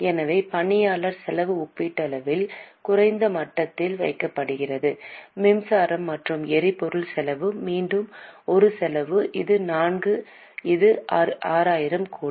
எனவே பணியாளர் செலவு ஒப்பீட்டளவில் குறைந்த மட்டத்தில் வைக்கப்படுகிறது மின்சாரம் மற்றும் எரிபொருள் செலவு மீண்டும் ஒரு செலவு இது நான்கு இது 6000 கோடி